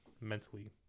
mentally